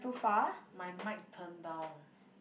my mic turned down